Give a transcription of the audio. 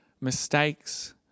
mistakes